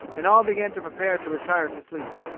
and all began to prepare to retire to sleep.